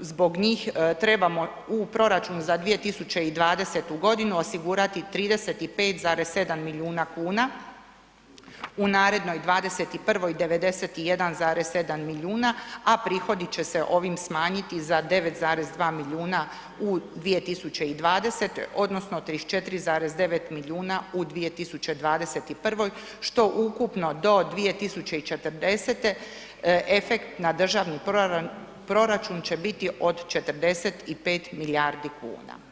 zbog njih trebamo u proračun za 2020. g. osigurati 35,7 milijuna kuna, u narednoj 21. 91,7 milijuna, a prihodi će se ovim smanjiti za 9,2 milijuna u 2020., odnosno 34,9 milijuna u 2021., što ukupno do 2040. efekt na državni proračun će biti od 45 milijardi kuna.